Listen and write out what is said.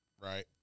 right